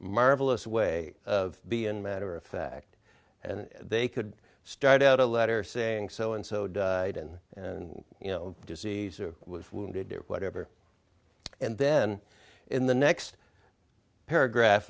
marvelous way of being matter of fact and they could start out a letter saying so and so does and you know disease or wounded or whatever and then in the next paragraph